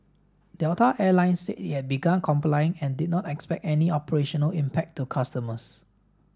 Delta Air Lines said it had begun complying and did not expect any operational impact to customers